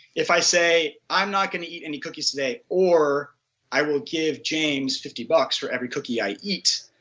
if i say i'm not going to eat any cookies today or i will give james fifty bucks for every cookie i eat,